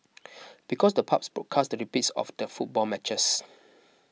because the pubs broadcast the repeats of the football matches